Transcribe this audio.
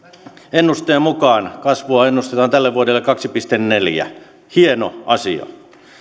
ennusteen mukaan kasvua ennustetaan tälle vuodelle kaksi pilkku neljä prosenttia hieno asia